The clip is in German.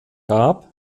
gab